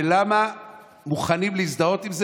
ולמה מוכנים להזדהות עם זה,